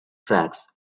tracks